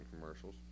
commercials